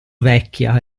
vecchia